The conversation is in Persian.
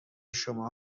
شما